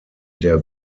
der